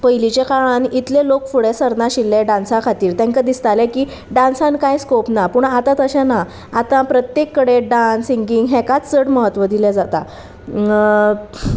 पयलींच्या काळान इतले लोक फुडें सरनाशिल्ले डांसा खातीर तांकां दिसतालें की डांसान कांय स्कोप ना पूण आतां तशें ना आतां प्रत्येक कडेन डांस सिंगींग हेकाच चड म्हत्व दिले जाता